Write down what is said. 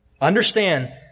Understand